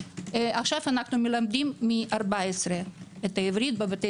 עכשיו אנו מלמדים מ-14 את העברית בבתי